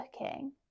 looking